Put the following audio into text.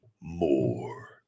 more